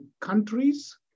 countries